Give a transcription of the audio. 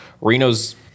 Reno's